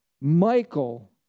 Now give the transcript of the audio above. Michael